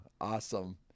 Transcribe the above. awesome